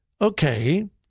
Okay